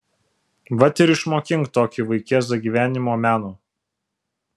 va ir išmokink tokį vaikėzą gyvenimo meno